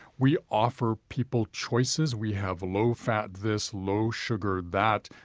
we offer people choices. we have low-fat this, low-sugar that,